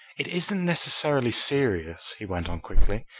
it isn't necessarily serious, he went on quickly,